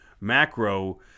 Macro